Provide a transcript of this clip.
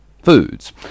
foods